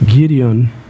Gideon